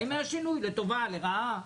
האם היה שינוי לטובה, לרעה?